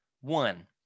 One